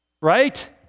right